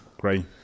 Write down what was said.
Great